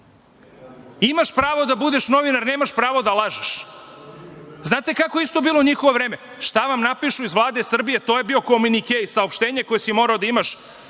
Imaš pravo da budeš novinar, nemaš pravo da lažeš. Znate kako je isto bilo u njihovo vreme? Šta vam napišu iz Vlade Srbije to je bio komunikej, saopštenje koje si morao da imaš